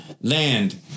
land